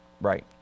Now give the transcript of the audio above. right